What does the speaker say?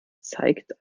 zeigt